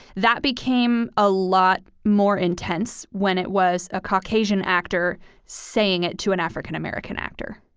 that became a lot more intense when it was a caucasian actor saying it to an african-american actor.